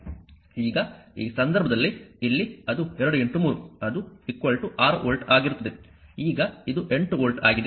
ಈಗ ಈ ಸಂದರ್ಭದಲ್ಲಿ ಇಲ್ಲಿ ಅದು 2 3 ಅದು 6 ವೋಲ್ಟ್ ಆಗಿರುತ್ತದೆ ಈಗ ಇದು 8 ವೋಲ್ಟ್ ಆಗಿದೆ